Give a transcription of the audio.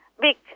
big